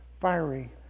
fiery